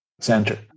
Center